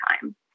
time